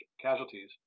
casualties